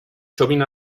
txomin